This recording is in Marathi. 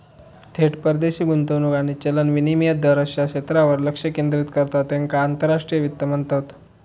थेट परदेशी गुंतवणूक आणि चलन विनिमय दर अश्या क्षेत्रांवर लक्ष केंद्रित करता त्येका आंतरराष्ट्रीय वित्त म्हणतत